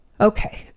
okay